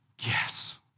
yes